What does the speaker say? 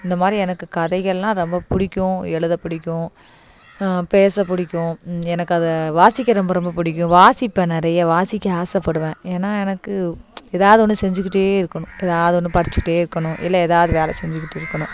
இந்த மாதிரி எனக்கு கதைகள்லாம் ரொம்ப பிடிக்கும் எழுத பிடிக்கும் பேச பிடிக்கும் எனக்கு அதை வாசிக்க ரொம்ப ரொம்ப பிடிக்கும் வாசிப்பேன் நிறைய வாசிக்க ஆசைப்படுவேன் ஏன்னா எனக்கு ஏதாவது ஒன்று செஞ்சிக்கிட்டே இருக்கணும் ஏதாவது ஒன்று படிச்சிக்கிட்டே இருக்கணும் இல்லை ஏதாவது வேலை செஞ்சிக்கிட்டு இருக்கணும்